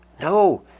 No